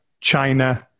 China